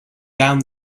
down